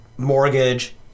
mortgage